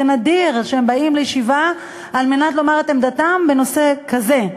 זה נדיר שהם באים לישיבה כדי לומר את עמדתם בנושא כזה,